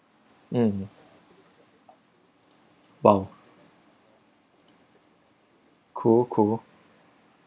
mm !wow! cool cool